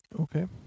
Okay